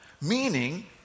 Meaning